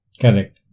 Correct